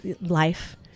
life